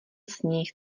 sníh